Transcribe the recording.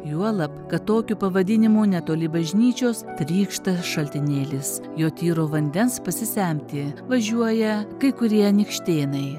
juolab kad tokiu pavadinimu netoli bažnyčios trykšta šaltinėlis jo tyro vandens pasisemti važiuoja kai kurie anykštėnai